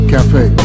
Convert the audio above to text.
Cafe